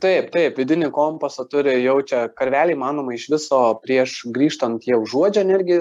taip taip vidinį kompasą turi jaučia karveliai manoma iš viso prieš grįžtant jie užuodžia energiją